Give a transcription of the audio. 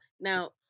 Now